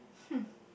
hmm